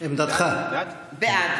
בעד